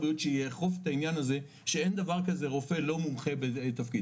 שיאכוף את העניין הזה שאין דבר כזה רופא לא מומחה בתפקיד.